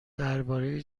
درباره